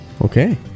Okay